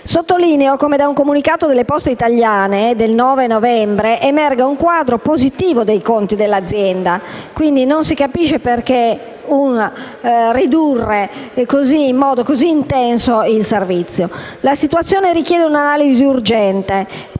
Sottolineo come da un comunicato di Poste italiane del 9 novembre 2016 emerga un quadro positivo dei conti dell'azienda. Non si capisce perché si voglia ridurre in modo così intenso il servizio. La situazione richiede un'analisi urgente.